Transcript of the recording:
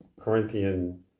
Corinthian